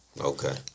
Okay